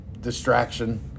distraction